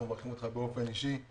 אנחנו מברכים אותך באופן אישי.